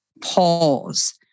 pause